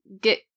get